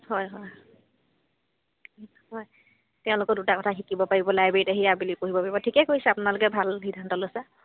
হয় হয় হয় তেওঁলোকেও দুটা কথা শিকিব পাৰিব লাইব্ৰেৰীত আহি আবেলি পঢ়িব পাৰিব ঠিকেই কৰিছে আপোনালোকে ভাল সিদ্ধান্ত লৈছে